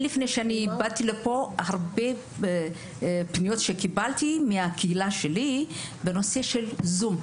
לפני שהגעתי לפה קיבלתי הרבה פניות מהקהילה שלי בנושא הזום.